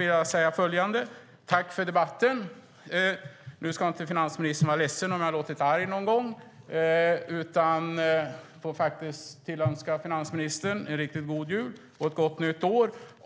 jag säga följande: Tack för debatten! Finansministern ska inte vara ledsen om jag har låtit arg någon gång. Jag tillönskar finansministern en riktigt god jul och ett gott nytt år.